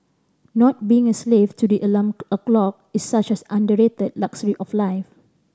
not being a slave to the alarm o'clock is such as underrated luxury of life